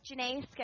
Janae